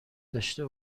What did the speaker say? داشته